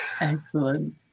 Excellent